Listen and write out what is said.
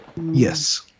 Yes